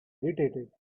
irritated